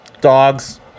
dogs